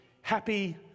happy